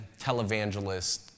televangelist